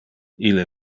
ille